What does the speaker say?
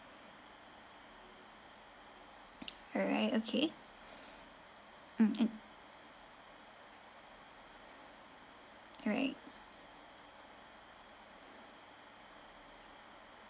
alright okay mm alright